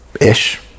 ish